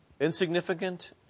insignificant